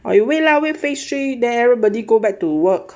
ah you wait lor wait phase three then everybody go back to work